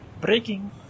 Breaking